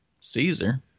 Caesar